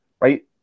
right